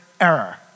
error